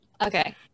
Okay